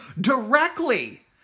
directly